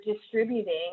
distributing